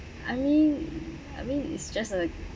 I mean I mean it's just a